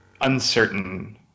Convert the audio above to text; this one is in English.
uncertain